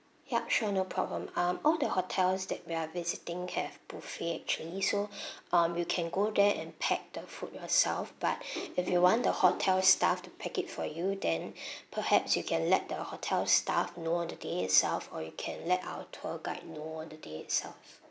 ya sure no problem um all the hotels that we're visiting have buffet actually so um you can go there and pack the food yourself but if you want the hotel staff to pack it for you then perhaps you can let the hotel's staff know on the day itself or you can let our tour guide know on the day itself